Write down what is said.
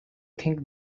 think